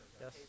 Yes